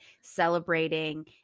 celebrating